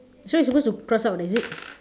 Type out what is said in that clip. so you are supposed to cross out is it